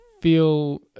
feel